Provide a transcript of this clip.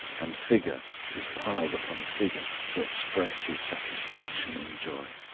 and figure is piled upon figure to express his satisfaction and joy.